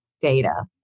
data